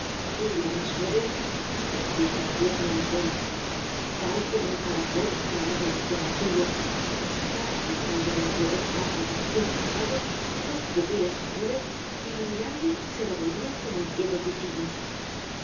y la más joven pluguiera á dios no lo fuera tal como un caracol alarga los cuernecillos parecía alargar entre dos párpados infartados dos pupilas azules que al mirarme se revolvían como inquietos bichillos